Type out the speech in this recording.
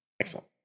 excellent